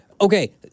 okay